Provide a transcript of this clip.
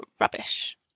rubbish